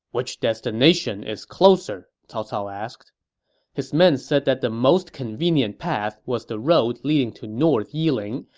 which destination is closer? cao cao asked his men said that the most convenient path was the road leading to north yiling,